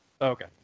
Okay